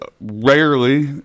rarely